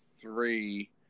three